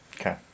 Okay